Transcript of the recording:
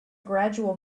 gradual